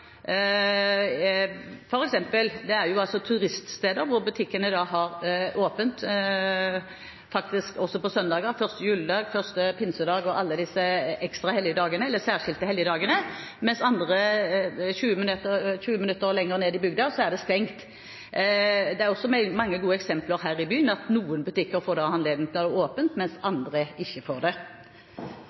er det turiststeder hvor butikkene faktisk har åpent også på søndager, 1. juledag, 1. pinsedag og alle disse særskilte helligdagene, mens det 20 minutter lenger ned i bygda er stengt. Det er også mange gode eksempler her i byen på at noen butikker får ha anledning til å ha åpent, mens andre ikke får det.